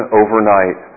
overnight